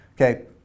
okay